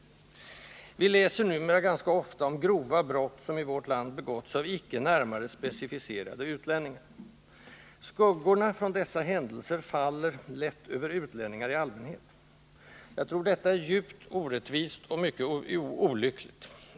Vi läser numera ganska ofta om grova brott, som i vårt land begåtts av icke närmare specificerade utlänningar. Skuggorna från dessa händelser faller lätt över utlänningar i allmänhet. Jag tror att detta är djupt orättvist och mycket olyckligt.